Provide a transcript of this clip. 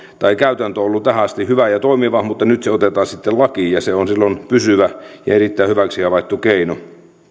tai käytäntö on ollut tähän asti hyvä ja toimiva mutta nyt se otetaan lakiin ja se on silloin pysyvä ja erittäin hyväksi havaittu keino